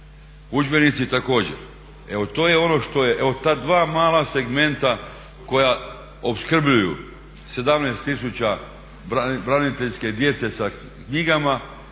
je ono što je, evo ta dva mala segmenta koja opskrbljuju 17000 braniteljske djece sa knjigama